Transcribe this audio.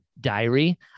Diary